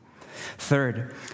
Third